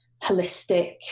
holistic